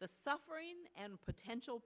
the suffering and potential